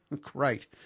Great